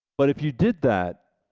but if you did that,